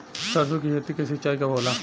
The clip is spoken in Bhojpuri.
सरसों की खेती के सिंचाई कब होला?